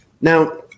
Now